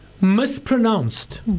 mispronounced